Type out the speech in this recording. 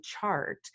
chart